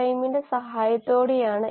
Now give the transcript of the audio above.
പിന്നെ അതിനെ ഒഴുക്കായി കാണാം